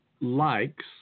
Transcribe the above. likes